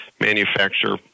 manufacture